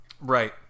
Right